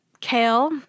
Kale